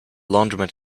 laundromat